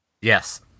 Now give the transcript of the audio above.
Yes